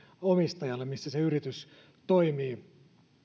omistajalle missä se yritys toimii